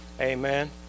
Amen